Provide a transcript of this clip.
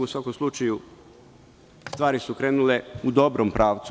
U svakom slučaju, stvari su krenule u dobrom pravcu.